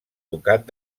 ducat